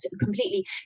completely